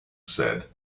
said